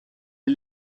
est